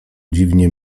dziwnie